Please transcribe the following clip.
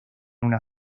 una